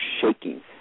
shaking